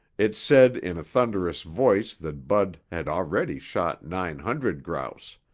it said in a thunderous voice that bud had already shot nine hundred grouse,